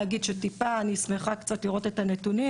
אני שמחה קצת לראות את הנתונים